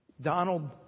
Donald